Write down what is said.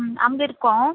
ம் அங்கே இருக்கோம்